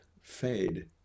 fade